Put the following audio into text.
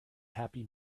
happy